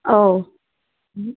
औ